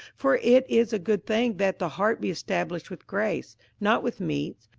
for it is a good thing that the heart be established with grace not with meats,